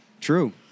True